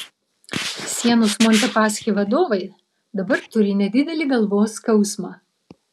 sienos montepaschi vadovai dabar turi nedidelį galvos skausmą